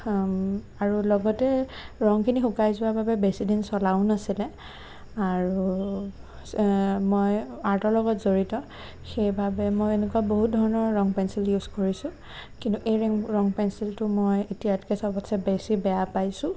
আৰু লগতে ৰঙখিনি শুকাই যোৱাৰ বাবে বেছিদিন চলাও নাছিলে আৰু মই আৰ্টৰ লগত জড়িত সেইবাবে মই এনেকুৱা বহু ধৰণৰ ৰং পেঞ্চিল ইউজ কৰিছোঁ কিন্তু এই ৰং পেঞ্চিলটো মই এতিয়াতকৈ সবতচে বেছি বেয়া পাইছোঁ